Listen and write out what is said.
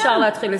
אפשר להתחיל לסכם.